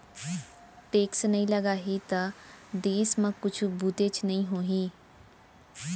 tax नइ लगाही त देस म कुछु बुतेच नइ होही